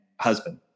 husband